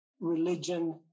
religion